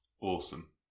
awesome